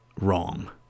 wrong